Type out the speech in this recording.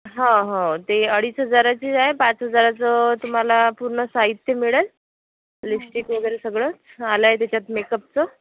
हो हो ते अडीच हजाराची आहे पाच हजाराचं तुम्हाला पूर्ण साहित्य मिळेल लिपस्टिक वगरे सगळं आलंय त्याच्यात मेकअपचं